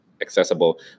accessible